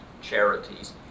charities